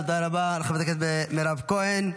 תודה רבה לחברת הכנסת מירב כהן.